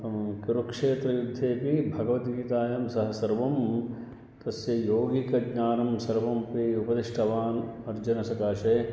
कं कुरुक्षेत्रयुद्धेपि भगवद्गीतायां सः सर्वं तस्य यौगिकज्ञानं सर्वमपि उपदिष्टवान् अर्जुनसकाशे